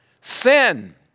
Sin